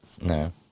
No